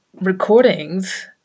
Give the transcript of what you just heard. recordings